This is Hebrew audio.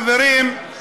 חברים,